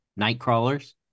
Nightcrawlers